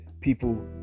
People